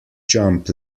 jump